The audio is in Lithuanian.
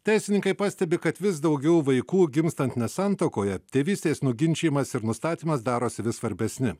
teisininkai pastebi kad vis daugiau vaikų gimstant ne santuokoje tėvystės nuginčijimas ir nustatymas darosi vis svarbesni